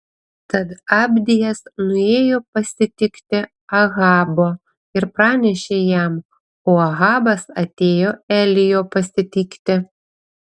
tad abdijas nuėjo pasitikti ahabo ir pranešė jam o ahabas atėjo elijo pasitikti